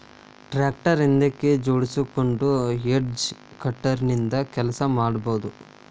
tractor ಹಿಂದಕ್ ಜೋಡ್ಸ್ಕೊಂಡು hedge cutter ನಿಂದ ಕೆಲಸ ಮಾಡ್ಬಹುದು